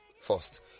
first